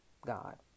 God